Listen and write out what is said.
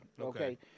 Okay